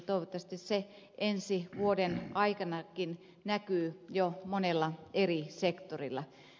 toivottavasti se ensi vuoden aikanakin näkyy jo monella eri sektorilla